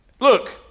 Look